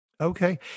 Okay